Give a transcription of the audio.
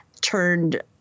turned